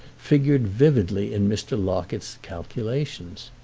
figured vividly in mr. locket's calculations.